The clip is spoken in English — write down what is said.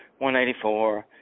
184